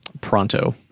pronto